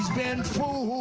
been fooled